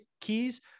keys